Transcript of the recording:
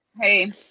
hey